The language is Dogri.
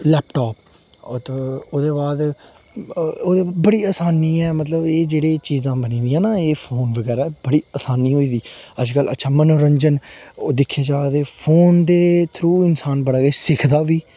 लैपटॉप ओत ओह्दे बाद ओह्दे पर बड़ी आसानी ऐ मतलब एह् जेह्ड़े चीज़ां बनी दियां ना एह् फोन बगैरा बड़ी असानी होई दी अज्जकल अच्छा मनोरंजन ओह् दिक्खे जा ते तां फोन दे थ्रू इंसान बड़ा किश सिक्खदा बी